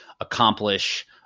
accomplish